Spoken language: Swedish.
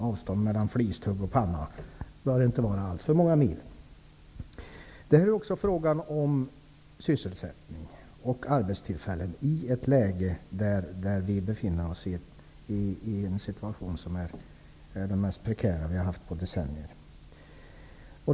Avståndet mellan flistugg och panna bör inte vara alltför många mil. Det här är också en fråga om sysselsättning och arbetstillfällen, när vi befinner oss i en situation som är den mest prekära vi har haft på decennier.